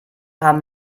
haben